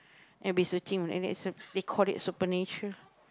and be searching and that's the they call it supernatural